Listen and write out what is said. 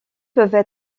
peuvent